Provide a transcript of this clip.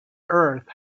earth